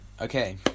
Okay